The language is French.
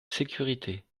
sécurité